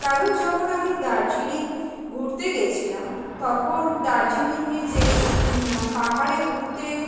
কারণ যখন আমি দার্জিলিং ঘুরতে গিয়েছিলাম তখন দার্জিলিংয়ে যে পাহাড়ে উঠতে